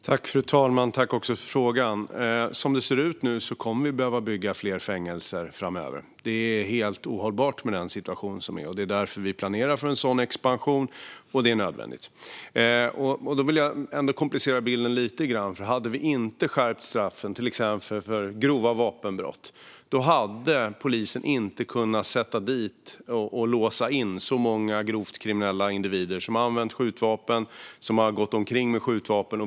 Fru talman! Tack, Linda Westerlund Snecker, för frågan! Som det ser ut nu kommer vi att behöva bygga fler fängelser framöver. Det är helt ohållbart med den situation som är. Det är därför vi planerar för en sådan expansion, och det är nödvändigt. Jag vill ändå komplicera bilden lite grann. Hade vi inte skärpt straffen för till exempel grova vapenbrott hade polisen inte kunnat sätta dit och låsa in så många grovt kriminella individer som har använt skjutvapen och gått omkring med skjutvapen.